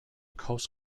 coast